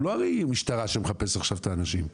הוא לא משטרה שמחפשת את האנשים.